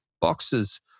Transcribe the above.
boxes